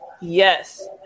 yes